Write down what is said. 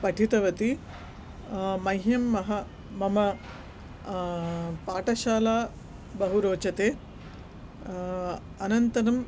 पठितवति मह्यं मम मम पाटशाला बहु रोचते अनन्तरं